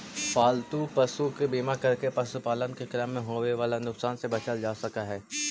पालतू पशु के बीमा करके पशुपालन के क्रम में होवे वाला नुकसान से बचल जा सकऽ हई